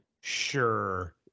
Sure